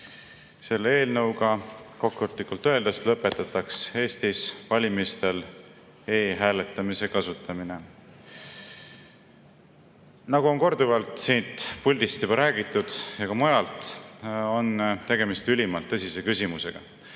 Selle eelnõuga kokkuvõtlikult öeldes lõpetataks Eestis valimistel e-hääletamise kasutamine. Nagu on korduvalt siin puldis juba räägitud ja ka mujal, on tegemist ülimalt tõsise küsimusega.